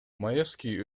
маевский